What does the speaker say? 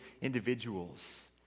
individuals